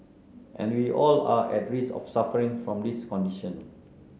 and we all are at risk of suffering from this condition